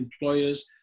employers